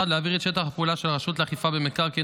1. להעביר את שטח הפעולה של הרשות לאכיפה במקרקעין,